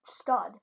stud